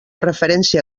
referència